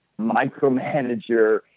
micromanager